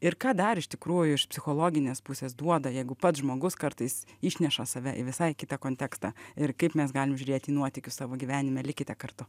ir ką dar iš tikrųjų iš psichologinės pusės duoda jeigu pats žmogus kartais išneša save į visai kitą kontekstą ir kaip mes galim žiūrėti į nuotykius savo gyvenime likite kartu